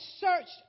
searched